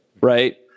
right